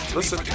Listen